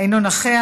אינו נוכח,